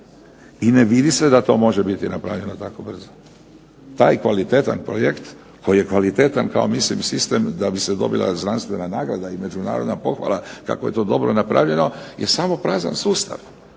i ne vidi se da to može biti napravljeno tako brzo. Taj kvalitetan projekt, koji je kvalitetan kao sistem da bi se dobila znanstvena nagrada i međunarodna pohvala kako je to dobro napravljeno je samo prazan sustav.